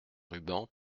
rubans